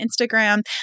Instagram